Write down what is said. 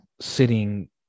sitting